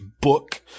book